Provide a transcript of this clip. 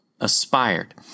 aspired